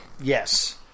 Yes